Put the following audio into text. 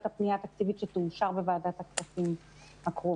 פנייה תקציבית שתאושר בישיבת ועדת הכספים הקרובה,